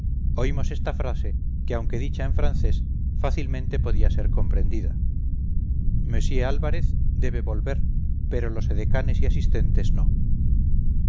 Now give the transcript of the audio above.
oímos esta frase que aunque dicha en francés fácilmente podía ser comprendida monsieur álvarez debe volver pero los edecanes y asistentes no